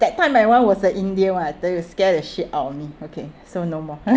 that time my one was the india one I tell you scared the shit out of me okay so no more